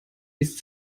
ist